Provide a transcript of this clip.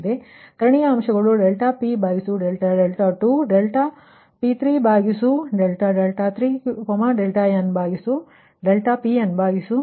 ಆದ್ದರಿಂದ ಕರ್ಣೀಯ ಅಂಶಗಳು ∆P2∆2 ∆P3∆3 ∆Pn∆n ಸಾಮಾನ್ಯವಾಗಿ ∆Pi∆i ಆಗಿದೆ